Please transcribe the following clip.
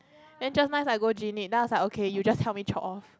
and just nice I go Jean-Yip then I was okay you just help me chop off